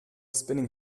spinning